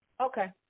Okay